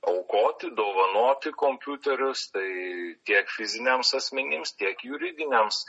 aukoti dovanoti kompiuterius tai tiek fiziniams asmenims tiek juridiniams